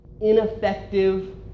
ineffective